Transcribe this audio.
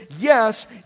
yes